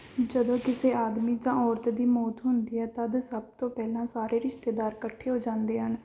ਜਦੋਂ ਕਿਸੇ ਆਦਮੀ ਜਾਂ ਔਰਤ ਦੀ ਮੌਤ ਹੁੰਦੀ ਹੈ ਤਦ ਸਭ ਤੋਂ ਪਹਿਲਾਂ ਸਾਰੇ ਰਿਸ਼ਤੇਦਾਰ ਇਕੱਠੇ ਹੋ ਜਾਂਦੇ ਹਨ